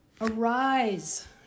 Arise